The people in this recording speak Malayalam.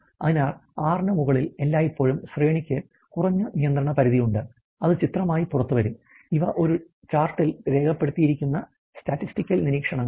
അതിനാൽ 6 ന് മുകളിൽ എല്ലായ്പ്പോഴും ശ്രേണിക്ക് കുറഞ്ഞ നിയന്ത്രണ പരിധി ഉണ്ട് അത് ചിത്രമായി പുറത്തുവരും ഇവ ഒരു ചാർട്ടിൽ രേഖപ്പെടുത്തിയിരിക്കുന്ന സ്റ്റാറ്റിസ്റ്റിക്കൽ നിരീക്ഷണങ്ങളാണ്